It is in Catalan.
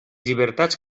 llibertats